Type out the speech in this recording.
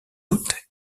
août